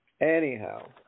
anyhow